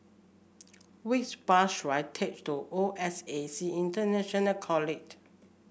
which bus should I take to O S A C International College